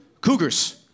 cougars